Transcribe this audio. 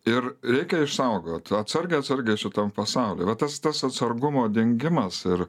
ir reikia išsaugot atsargiai atsargiai šitam pasauly va tas tas atsargumo dingimas ir